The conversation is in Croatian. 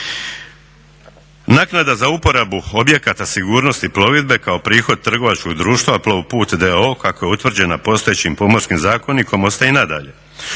Naknada za uporabu objekata sigurnosti plovidbe kao prihod trgovačkog društva Plovput d.o.o. kako je utvrđena postojećim Pomorskim zakonikom ostaje i nadalje.